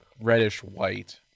reddish-white